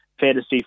Fantasy